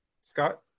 Scott